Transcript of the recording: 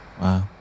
Wow